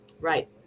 Right